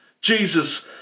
Jesus